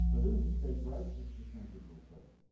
it isn't just states' rights that's distinctively southern.